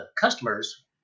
customers